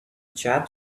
chap